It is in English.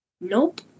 Nope